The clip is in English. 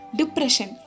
depression